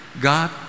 God